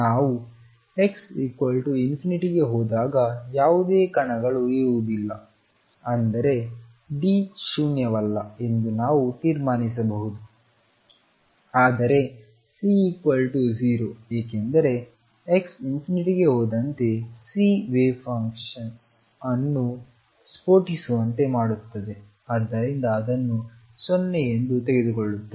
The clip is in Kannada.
ನಾವು x∞ ಗೆ ಹೋದಾಗ ಯಾವುದೇ ಕಣಗಳು ಇರುವುದಿಲ್ಲ ಅಂದರೆ D ಶೂನ್ಯವಲ್ಲ ಎಂದು ನಾವು ತೀರ್ಮಾನಿಸಬಹುದು ಆದರೆ C0 ಏಕೆಂದರೆ xಗೆ ಹೋದಂತೆ C ವೇವ್ ಫಂಕ್ಷನ್ ಅನ್ನು ಸ್ಫೋಟಿಸುವಂತೆ ಮಾಡುತ್ತದೆ ಆದ್ದರಿಂದ ಅದನ್ನು 0 ಎಂದು ತೆಗೆದುಕೊಳ್ಳುತ್ತದೆ